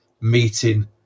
meeting